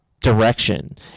direction